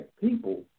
people